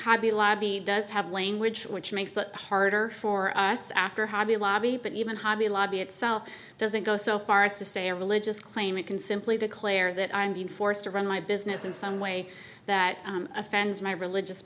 hobby lobby does have language which makes it harder for us after hobby lobby but even hobby lobby itself doesn't go so far as to say a religious claimant can simply declare that i'm being forced to run my business in some way that offends my religious